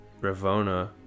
ravona